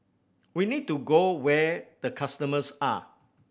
we need to go where the customers are